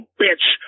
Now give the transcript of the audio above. bitch